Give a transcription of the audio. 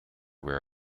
where